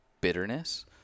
bitterness